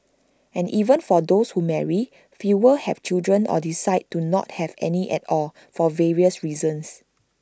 and even for those who marry fewer have children or decide to not have any at all for various reasons